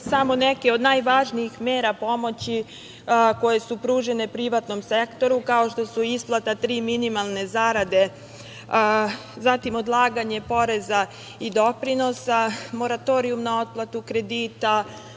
samo neke od najvažnijih mera pomoći koje su pružene privatnom sektoru, kao što su isplata tri minimalne zarade, zatim odlaganje poreza i doprinosa, moratorijum na otplatu kredita,